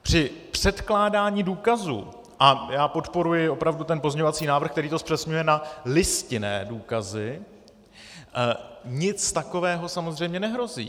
Při předkládání důkazů, a já podporuji opravdu ten pozměňovací návrh, který to zpřesňuje na listinné důkazy, nic takového samozřejmě nehrozí.